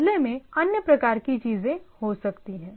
बदले में अन्य प्रकार की चीजें हो सकती हैं